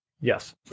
Yes